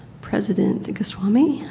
president goswami.